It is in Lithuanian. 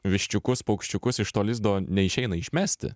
viščiukus paukščiukus iš to lizdo neišeina išmesti